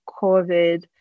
COVID